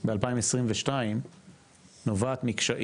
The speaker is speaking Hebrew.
ב-2022 נובעת מקשיים,